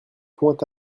pointe